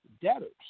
Debtors